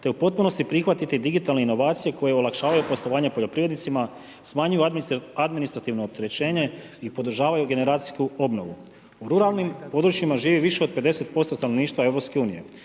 te u potpunosti prihvatiti digitalne inovacije koje olakšavaju poslovanja poljoprivrednicima, smanjuju administrativno opterećenje i podržavaju generacijsku obnovu. U ruralnim područjima živi više od 50% stanovništva EU